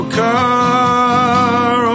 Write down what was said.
car